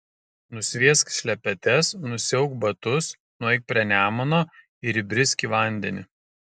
nusviesk šlepetes nusiauk batus nueik prie nemuno ir įbrisk į vandenį